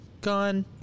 Gone